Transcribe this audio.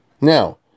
Now